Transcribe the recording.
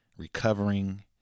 recovering